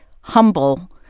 humble